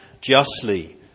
justly